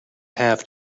have